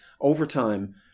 overtime